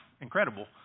incredible